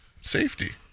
safety